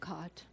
God